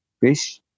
fish